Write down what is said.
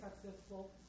successful